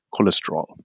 cholesterol